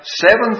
seven